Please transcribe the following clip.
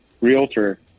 realtor